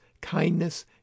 kindness